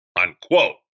Unquote